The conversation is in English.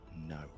no